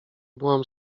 byłam